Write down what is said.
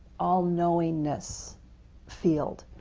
all-knowingness field,